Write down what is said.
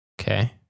Okay